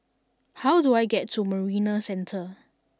how do I get to Marina Centre